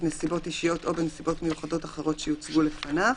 נסיבות אישיות או בנסיבות מיוחדות אחרות שיוצגו לפניו,